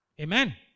Amen